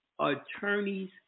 attorney's